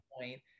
point